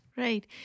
Right